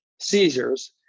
seizures